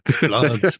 Blood